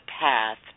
path